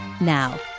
Now